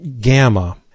Gamma